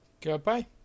goodbye